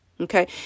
okay